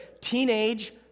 teenage